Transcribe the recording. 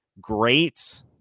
great